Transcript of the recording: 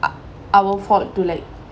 ou~ our fault to like